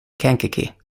kankakee